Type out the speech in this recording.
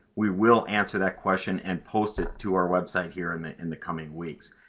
we will answer that question and post it to our website here in the in the coming weeks.